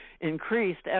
increased